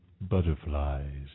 butterflies